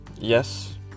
Yes